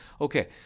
Okay